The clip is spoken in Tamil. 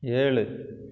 ஏழு